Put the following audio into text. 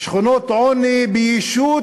שכונות עוני בישות